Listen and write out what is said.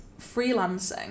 freelancing